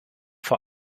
vor